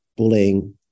bullying